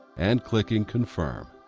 and clicking confirm.